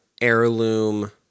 heirloom